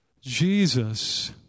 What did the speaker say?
Jesus